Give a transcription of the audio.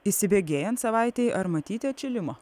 įsibėgėjant savaitei ar matyti atšilimo